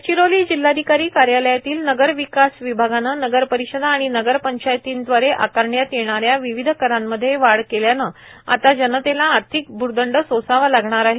गडचिरोली जिल्हाधिकारी कार्यालयातील नगर विकास विभागाने नगर परिषदा आणि नगर पंचायतींदवारे आकारण्यात येणाऱ्या विविध करांमध्ये वाढ केल्याने आता जनतेला आर्थिक भूर्दंड सोसावा लागणार आहे